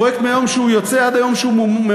פרויקט מהיום שהוא יוצא עד היום שהוא ממומש,